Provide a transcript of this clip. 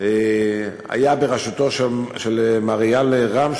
היה בראשות מר אייל רם,